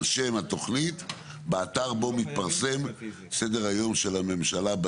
שם התכנית באתר בו מתפרסם סדר היום של הממשלה,